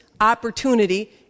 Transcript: opportunity